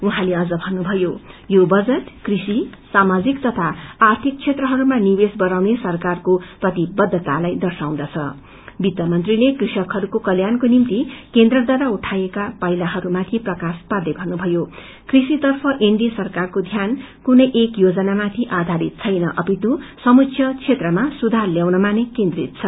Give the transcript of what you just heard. उहाँले अझ भन्नुभयो यो बजट कृषि सामाजिक तथा आर्थिक क्षेत्रहरूमा निवेश बढ़ाउने सरकारको प्रतिबद्धतालाई दश्राउँदछ वित्तमंत्रीजे किसानहरूको कल्याण्को निम्ति केन्द्रद्वारा उठाइएको पाइलाहरूमाथि प्रकाश पार्दै भन्नुभयो कृषितर्फ एनडिए सरकारको ध्यान कृनै एक योजनामाथि आधारित छैन अपितु समुच्च क्षेत्रमा सुधार ल्याउनमा केन्द्रत छ